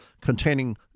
containing